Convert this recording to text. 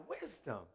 wisdom